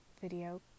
video